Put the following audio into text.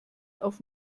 auf